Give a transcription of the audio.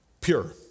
pure